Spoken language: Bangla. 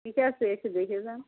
ঠিক আছে এসে দেখে যান